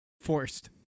forced